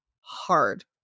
hard